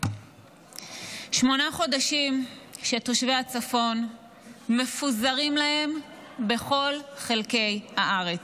שמונה חודשים תושבי הצפון מפוזרים להם בכל חלקי הארץ.